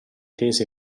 tese